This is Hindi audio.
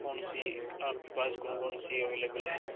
कौन सी आपके पास कौन कौन सी अवलेबल है